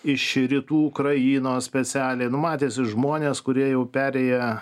iš rytų ukrainos specialiai nu matėsi žmonės kurie jau perėję